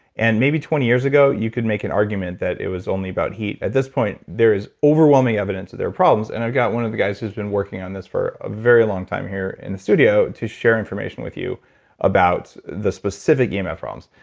and maybe twenty years ago, you could make an argument that it was only about heat at this point, there is overwhelming evidence that there are problems. and i've got one of the guys who's been working on this for a very long time here in the studio to share information with you about the specific emf problems.